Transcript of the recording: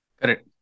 Correct